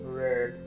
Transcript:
red